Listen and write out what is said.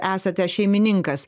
esate šeimininkas